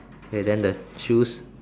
k then the shoes